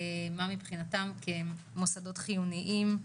מה מבחינתם כי הם מוסדות חיוניים,